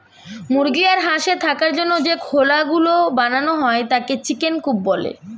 মুরগি আর হাঁসের থাকার জন্য যে খোলা গুলো বানানো হয় তাকে চিকেন কূপ বলে